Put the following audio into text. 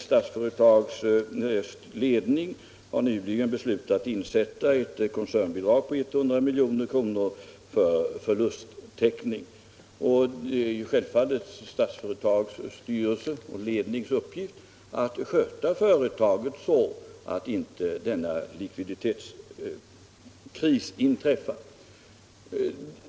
Statsföretags ledning har nyligen beslutat insätta ett koncernbidrag på 100 milj.kr. för förlusttäckning och det är självfallet en uppgift för Statsföretags styrelse och Statsföretags ledning att sköta företaget så att inte en likviditetskris inträffar.